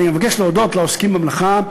אני מבקש להודות לעוסקים במלאכה,